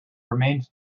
remained